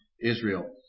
Israel